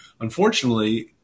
Unfortunately